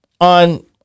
on